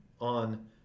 on